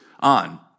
on